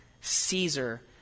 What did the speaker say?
Caesar